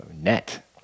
net